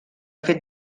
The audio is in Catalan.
fer